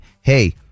hey